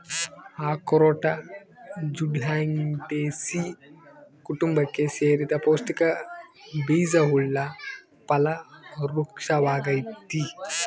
ಅಖ್ರೋಟ ಜ್ಯುಗ್ಲಂಡೇಸೀ ಕುಟುಂಬಕ್ಕೆ ಸೇರಿದ ಪೌಷ್ಟಿಕ ಬೀಜವುಳ್ಳ ಫಲ ವೃಕ್ಪವಾಗೈತಿ